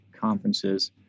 conferences